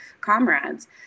comrades